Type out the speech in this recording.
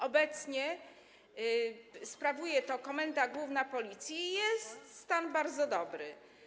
Obecnie sprawuje ją Komenda Główna Policji i stan jest bardzo dobry.